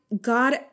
God